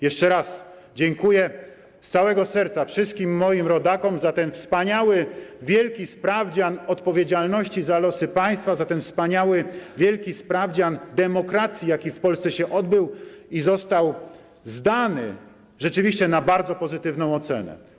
Jeszcze raz dziękuję z całego serca wszystkim moim rodakom za ten wspaniały, wielki sprawdzian odpowiedzialności za losy państwa, za ten wspaniały, wielki sprawdzian demokracji, jaki w Polsce się odbył i został zdany, rzeczywiście na bardzo pozytywną ocenę.